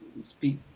speak